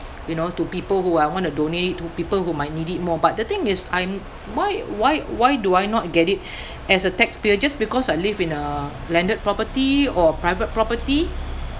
you know to people who I want to donate it to people who might need it more but the thing is I'm why why why do I not get it as a taxpayer just because I live in a landed property or a private property